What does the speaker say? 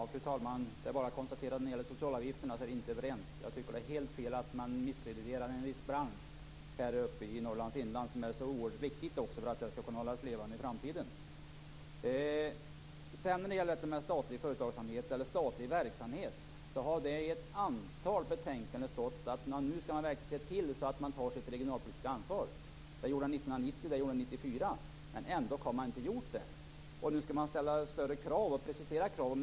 Fru talman! Det är bara att konstatera att vi inte är överens när det gäller socialavgifterna. Jag tycker att det är helt fel att man misskrediterar en bransch som är så oerhört viktig för att Norrlands inland skall kunna hållas levande i framtiden. När det gäller statlig verksamhet vill jag säga att det i ett antal betänkanden har stått att vi nu verkligen skall se till så att man tar sitt regionalpolitiska ansvar. Det gjorde det 1990 och 1994. Men ändock har man inte gjort det. Nu skall vi ställa större krav och precisera dem.